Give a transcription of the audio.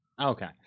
Okay